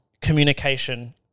communication